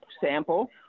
sample